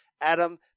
Adam